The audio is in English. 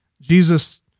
Jesus